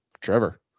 Trevor